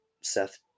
Seth